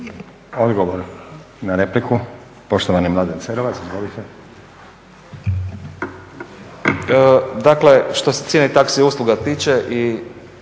Odgovor na repliku, poštovani Mladen Cerovac. Izvolite.